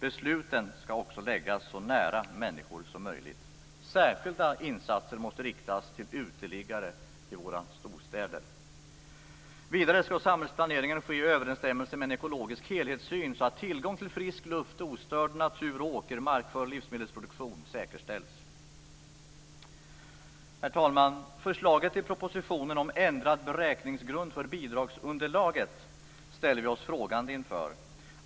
Besluten skall också läggas så nära människor som möjligt. Särskilda insatser måste riktas till uteliggare i våra storstäder. Vidare skall all samhällsplanering ske i överensstämmelse med en ekologisk helhetssyn så att tillgång till frisk luft, ostörd natur och åkermark för livsmedelsproduktion säkerställs. Herr talman! Förslaget i propositionen om ändrad beräkningsmetod för bidragsunderlaget ställer vi oss frågande inför.